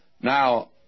Now